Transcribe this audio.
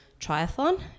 Triathlon